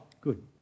good